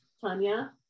Tanya